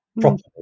properly